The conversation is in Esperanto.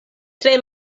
tre